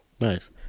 Nice